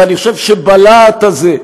ואני חושב שבלהט הזה,